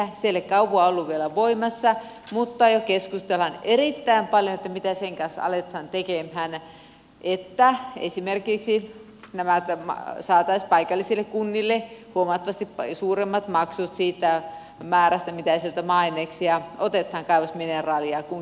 se ei ole kauan ollut vielä voimassa mutta jo keskustellaan erittäin paljon siitä mitä sen kanssa aletaan tekemään että esimerkiksi saataisiin paikallisille kunnille huomattavasti suuremmat maksut siitä määrästä mitä sieltä maa aineksia kaivosmineraaleja kunkin kunnan alueelta otetaan